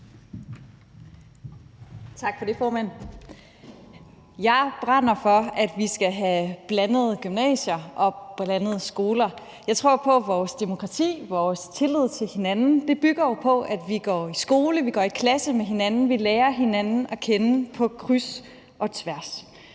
Jeg brænder for, at vi skal have blandede gymnasier og blandede skoler. Jeg tror på, at vores demokrati og vores tillid til hinanden bygger på, at vi går i skole med hinanden, at vi går i klasse med hinanden, og at vi lærer hinanden at kende på kryds og tværs.